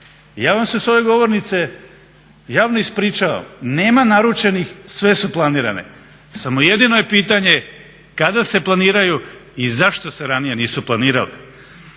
ja vam se sa ove govornice javno ispričavam, nema naručenih, sve su planirane. Samo jedino je pitanje kada se planiraju i zašto se ranije nisu planirale.